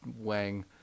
wang